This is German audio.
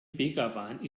begawan